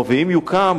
ואם יוקם,